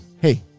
hey